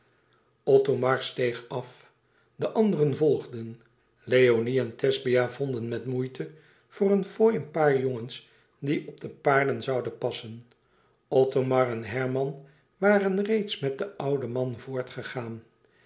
othomar steeg af de anderen volgden leoni en thesbia vonden met moeite voor een fooi een paar jongens die op de paarden zouden passen othomar enherman waren reeds met den ouden man voortgegaan